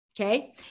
Okay